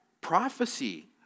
Prophecy